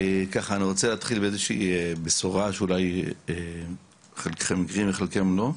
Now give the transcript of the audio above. אני רוצה להתחיל באיזושהי בשורה שאולי חלקכם מכירים וחלקכם לא.